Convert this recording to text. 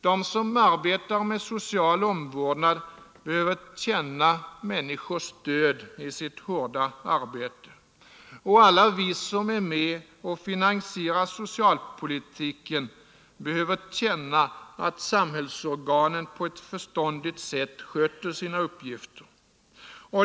De som arbetar med social omvårdnad behöver känna människors stöd i sitt hårda arbete. Och alla vi som är med och finansierar socialpolitiken behöver känna att samhällsorganen på ett förståndigt sätt sköter sina uppgifter.